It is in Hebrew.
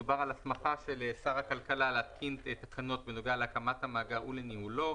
מדובר על הסמכה של שר הכלכלה להתקין תקנות בנוגע להקמת המאגר ולניהולו,